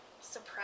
surprise